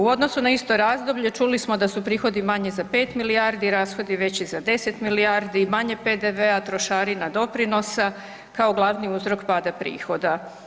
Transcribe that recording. U odnosu na isto razdoblje, čuli smo da su prihodi manji za 5 milijardi, rashodi veći za 10 milijardi, manje PDV-a, trošarina, doprinosa, kao glavni uzrok pada prihoda.